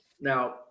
Now